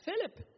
Philip